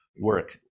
work